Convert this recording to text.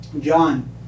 John